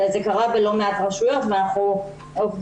זה קרה בלא מעט רשויות ואנחנו עובדים